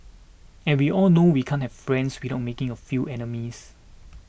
and we all know we can't have friends without making a few enemies